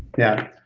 yeah.